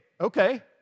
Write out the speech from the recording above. Okay